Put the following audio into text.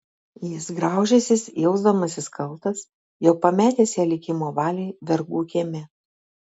jis graužęsis jausdamasis kaltas jog pametęs ją likimo valiai vergų kieme